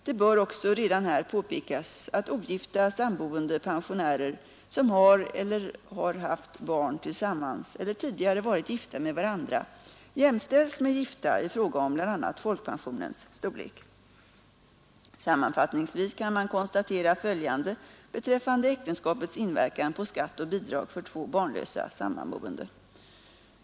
Det bör också redan här påpekas att ogifta samboende pensionärer som har eller har haft barn tillsammans eller tidigare varit gifta med varandra Sammanfattningsvis kan man konstatera följande beträffande äktenskapets inverkan på skatt och bidrag för två barnlösa sammanboende.